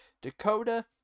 Dakota